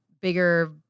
bigger